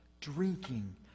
drinking